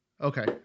Okay